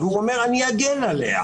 הוא אומר: אני אגן עליה.